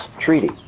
Treaty